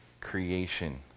creation